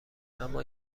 اما